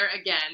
again